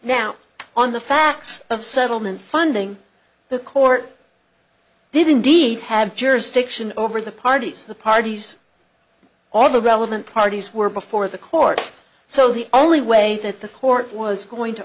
now on the facts of settlement funding the court did indeed have jurisdiction over the parties the parties all the relevant parties were before the court so the only way that the court was going to